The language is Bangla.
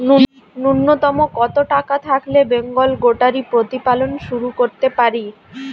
নূন্যতম কত টাকা থাকলে বেঙ্গল গোটারি প্রতিপালন শুরু করতে পারি?